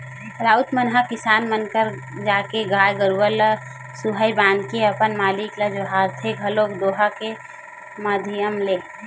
राउत मन ह किसान मन घर जाके गाय गरुवा ल सुहाई बांध के अपन मालिक ल जोहारथे घलोक दोहा के माधियम ले